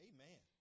Amen